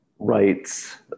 rights